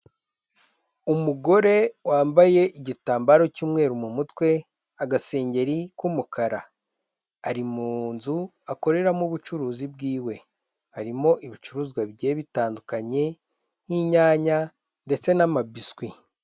Umugore wambaye igitambaro cy'umweru mu mutwe, agasengeri k'umukara, ari mu nzu akoreramo ubucuruzi bwiwe, harimo ibicuruzwa bigiye bitandukanye nk'inyanya ndetse n'amabiswi.